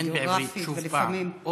אין בעברית "שוב פעם".